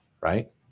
right